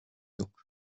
yok